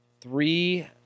Three